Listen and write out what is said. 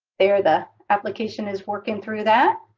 there the application is working through that.